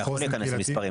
אתה יכול להיכנס למספרים.